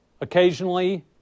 Occasionally